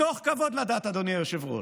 מתוך כבוד לדת, אדוני היושב-ראש,